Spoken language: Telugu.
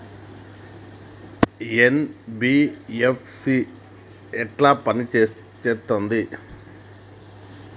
ఎన్.బి.ఎఫ్.సి ఎట్ల పని చేత్తది?